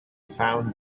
sound